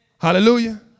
Hallelujah